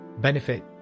benefit